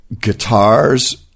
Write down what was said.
guitars